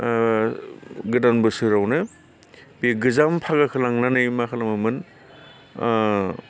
ओ गोदान बोसोरावनो बे गोजाम फागाखौ लांनानै मा खालामोमोन ओ